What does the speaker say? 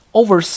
over